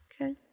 Okay